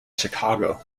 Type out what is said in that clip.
chicago